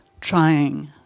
trying